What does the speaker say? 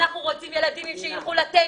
אנחנו רוצים שילדים ילכו לטניס.